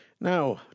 Now